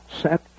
set